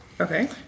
Okay